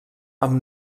amb